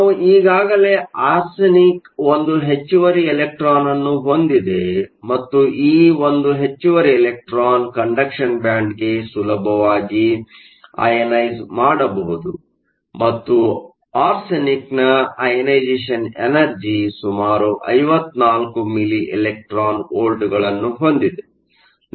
ನಾವು ಈಗಾಗಲೇ ಆರ್ಸೆನಿಕ್ 1 ಹೆಚ್ಚುವರಿ ಎಲೆಕ್ಟ್ರಾನ್ ಅನ್ನು ಹೊಂದಿದೆ ಮತ್ತು ಈ 1 ಹೆಚ್ಚುವರಿ ಎಲೆಕ್ಟ್ರಾನ್ ಕಂಡಕ್ಷನ್ ಬ್ಯಾಂಡ್ಗೆ ಸುಲಭವಾಗಿ ಐಅಯನೈಸ಼್ ಮಾಡಬಹುದು ಮತ್ತು ಆರ್ಸೆನಿಕ್ನ ಐಅಯನೈಸೇ಼ಷನ್ ಎನರ್ಜಿಯು ಸುಮಾರು 54 ಮಿಲಿ ಎಲೆಕ್ಟ್ರಾನ್ ವೋಲ್ಟ್ಗಳನ್ನು ಹೊಂದಿದೆ